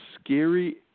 scary